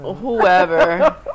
whoever